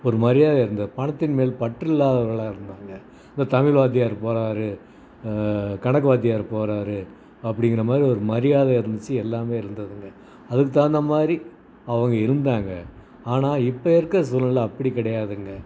ஒரு மரியாதை இருந்த பணத்தின் மேல் பற்று இல்லாதவர்களாக இருந்தாங்க இப்போ தமிழ் வாத்தியார் போகறாரு கணக்கு வாத்தியார் போகறாரு அப்படிங்குறமாரி ஒரு மரியாதை இருந்துச்சு எல்லாமே இருந்துதுங்க அதுக்கு தவுந்தமாதிரி அவங்க இருந்தாங்க ஆனால் இப்போ இருக்க சூழ்நிலை அப்படி கிடையாதுங்க